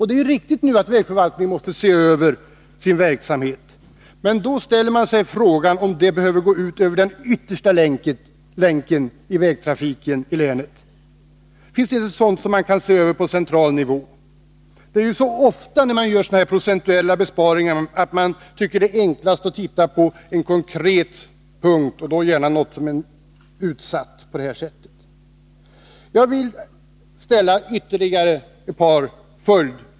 Det är riktigt att vägverket nu måste se över sin verksamhet, men man kan ställa frågan om det behöver gå ut över den yttersta länken i vägtrafiken i länet. Finns det inte sådant som kan ses över på central nivå? Ofta då det skall göras besparingar med vissa procent anses det enklast att titta på någon konkret punkt — gärna någon som är utsatt på det här sättet.